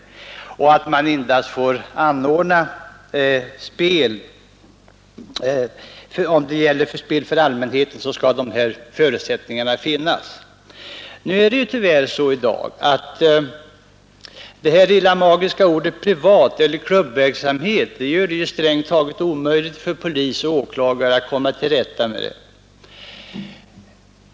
Dessa yttre förutsättningar skall alltså finnas för att spel för allmänheten skall få anordnas. Tyvärr är det så i dag att de magiska orden privat eller klubbverksamhet gör det strängt taget omöjligt för polis och åklagare att komma till rätta med olovligt spel.